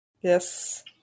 Yes